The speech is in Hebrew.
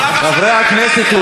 חברי הכנסת,